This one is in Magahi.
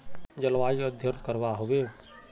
जलवायु अध्यन करवा होबे बे?